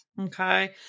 Okay